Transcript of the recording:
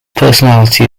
personality